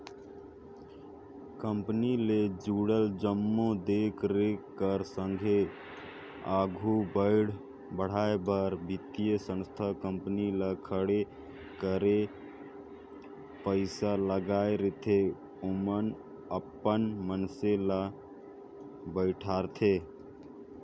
company ले जुड़ल जम्मो देख रेख कर संघे आघु बढ़ाए बर बित्तीय संस्था कंपनी ल खड़े करे पइसा लगाए रहिथे ओमन अपन मइनसे ल बइठारथे